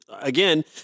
Again